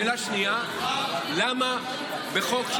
שאלה שנייה: למה בחוק,